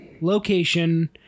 location